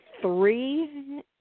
three